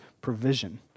provision